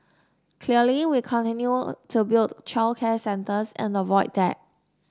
clearly we continue to build childcare centers at the Void Deck